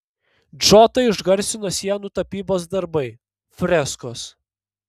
džotą išgarsino sienų tapybos darbai freskos